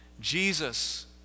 Jesus